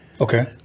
Okay